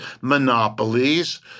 monopolies